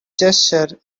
gesture